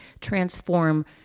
transform